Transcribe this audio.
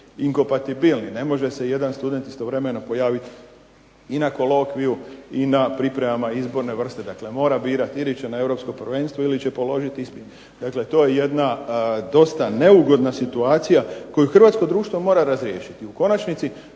Ne može se jedan student istovremeno pojaviti i na kolokviju i na pripremama izborne vrste. Dakle, mora birati ili će na europsko prvenstvo ili će položiti ispit. Dakle, to je jedna dosta neugodna situacija koju hrvatsko društvo mora razriješiti. U konačnici